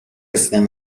رسیدن